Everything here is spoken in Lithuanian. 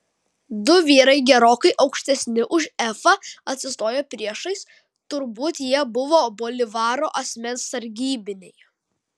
du vyrai gerokai aukštesni už efą atsistojo priešais turbūt jie buvo bolivaro asmens sargybiniai